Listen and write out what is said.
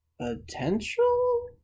potential